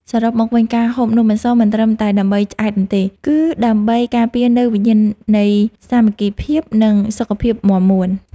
សរុបមកវិញការហូបនំអន្សមមិនត្រឹមតែដើម្បីឆ្អែតនោះទេ គឺ ដើម្បីការពារនូវវិញ្ញាណនៃសាមគ្គីភាព និង សុខភាពមាំមួន។